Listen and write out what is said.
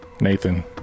Nathan